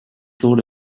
thought